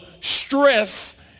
stress